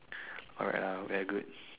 alright ah very good